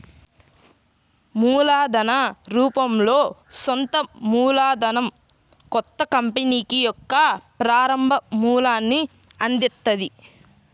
మూలధన రూపంలో సొంత మూలధనం కొత్త కంపెనీకి యొక్క ప్రారంభ మూలాన్ని అందిత్తది